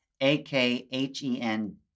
A-K-H-E-N